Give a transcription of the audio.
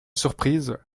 surprise